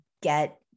get